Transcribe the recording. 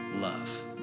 love